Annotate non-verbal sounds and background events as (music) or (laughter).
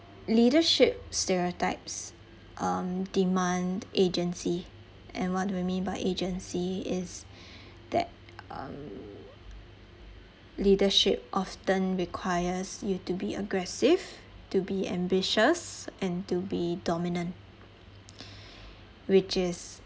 leadership stereotypes um demand agency and what do I mean by agency is (breath) that um leadership often requires you to be aggressive to be ambitious and to be dominant (breath) which is